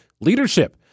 leadership